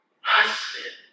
husband